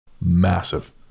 Massive